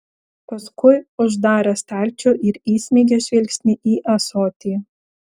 paskui uždarė stalčių ir įsmeigė žvilgsnį į ąsotį